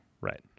Right